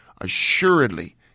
Assuredly